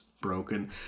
broken